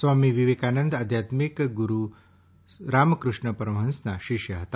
સ્વામી વિવેકાનંદ આધ્યાત્મીક ગુરૂ રામકૃષ્ણ પરમહંસના શિષ્ય હતા